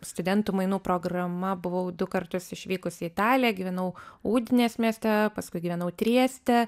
studentų mainų programa buvau du kartus išvykusi į italiją gyvenau udinės mieste paskui gyvenau trieste